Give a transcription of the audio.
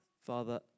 Father